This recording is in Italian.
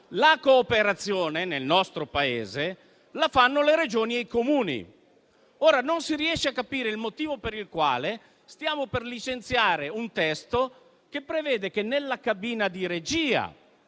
la cooperazione, che nel nostro Paese viene fatta dalle Regioni e dai Comuni. Non si riesce a capire il motivo per il quale stiamo per licenziare un testo che prevede che nella cabina di regia